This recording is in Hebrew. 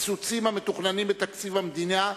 הקיצוצים המתוכננים בתקציב המדינה,